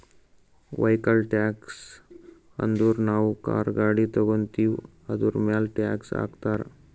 vehicle tax ಅಂದುರ್ ನಾವು car, ಗಾಡಿ ತಗೋತ್ತಿವ್ ಅದುರ್ಮ್ಯಾಲ್ ಟ್ಯಾಕ್ಸ್ ಹಾಕ್ತಾರ್